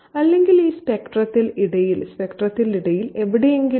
അല്ലെങ്കിൽ ഈ സ്പെക്ട്രത്തിൽ ഇടയിൽ എവിടെയെങ്കിലും